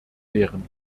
wären